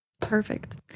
Perfect